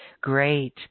Great